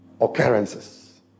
occurrences